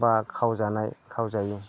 बा खावजानाय खावजायि